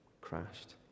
crashed